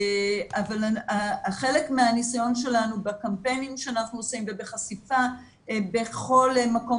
חלק מהניסיון שלנו בקמפיינים שאנחנו עושים ובחשיפה בכל מקום